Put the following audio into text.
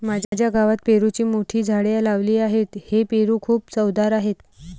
माझ्या गावात पेरूची मोठी झाडे लावली आहेत, हे पेरू खूप चवदार आहेत